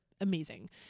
amazing